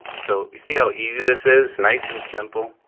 so you see how easy this is? nice simple.